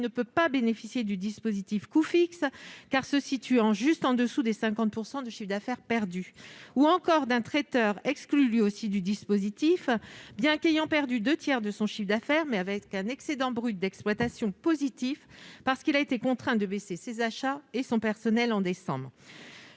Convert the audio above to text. ne peut pas bénéficier du dispositif Coûts fixes, car se situant juste en dessous des 50 % de chiffre d'affaires perdus ; ou encore d'un traiteur, exclu lui aussi du dispositif, bien qu'ayant perdu deux tiers de son chiffre d'affaires, mais avec un excédent brut d'exploitation positif parce qu'il a été contraint de réduire ses achats et son personnel en décembre.